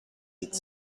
its